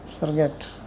forget